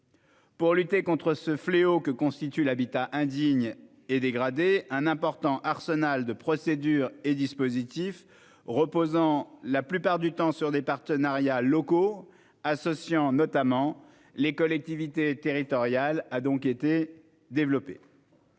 Pour lutter contre le fléau que constitue l'habitat indigne et dégradé, un important arsenal de procédures et de dispositifs, qui reposent la plupart du temps sur des partenariats locaux et associent notamment les collectivités territoriales, a été développé.